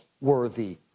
worthy